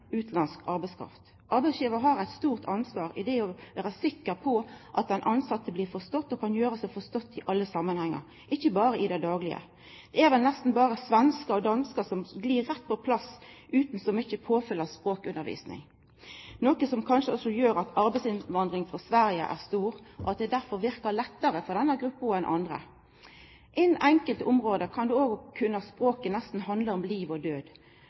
utanlandsk arbeidskraft. Arbeidsgivar har eit stort ansvar i det å vera sikker på at den tilsette blir forstått og kan gjera seg forstått i alle samanhengar, ikkje berre i det daglege. Det er vel nesten berre svenskar og danskar som glir rett på plass utan så mykje påfyll av språkundervising, noko som kanskje også gjer at arbeidsinnvandringa frå Sverige er stor, og at det derfor verkar lettare for denne gruppa enn for andre. Innanfor enkelte område kan det å ikkje kunna språket nesten handla om liv og død,